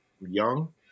young